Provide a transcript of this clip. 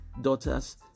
daughters